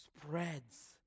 spreads